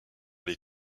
les